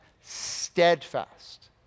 Steadfast